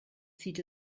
zieht